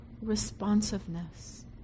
responsiveness